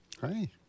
Hi